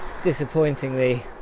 disappointingly